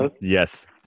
Yes